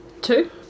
Two